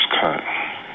cut